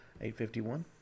851